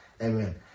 Amen